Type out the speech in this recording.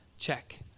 check